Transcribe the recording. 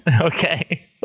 Okay